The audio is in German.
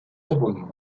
verbunden